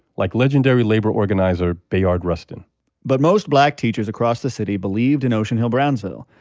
like legendary labor organizer bayard rustin but most black teachers across the city believed in ocean hill-brownsville,